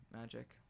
magic